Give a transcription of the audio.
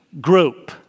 group